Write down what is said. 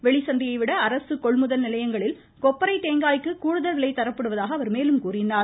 வெளிசந்தையை விட அரசு கொள்முதல் நிலையங்களில் கொப்பரை தேங்காய்க்கு கூடுதல் விலை தரப்படுவதாக அவர் மேலும் கூறினார்